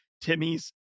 Timmy's